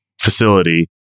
facility